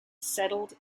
settled